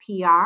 PR